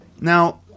now